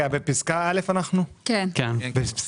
בפסקה (א) סוכם,